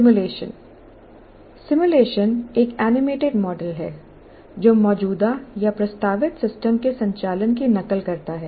simulation simulation एक animated model है जो मौजूदा या प्रस्तावित सिस्टम के संचालन की नकल करता है